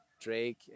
Drake